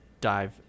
dive